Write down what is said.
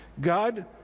God